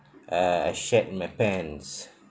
uh I shat my pants